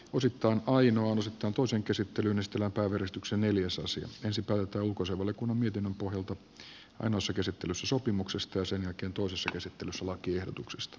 osittain oinonen suhtautuu sen käsittelyn estellä porrastuksen neljäs osa ensin päätetään ulkoasiainvaliokunnan mietinnön pohjalta ainoassa käsittelyssä sopimuksesta ja sitten toisessa käsittelyssä lakiehdotuksesta